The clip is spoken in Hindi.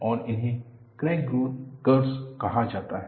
और इन्हें क्रैक ग्रोथ कर्वस कहा जाता है